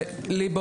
ולי יש,